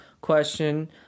question